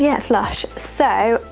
yeah lush. so,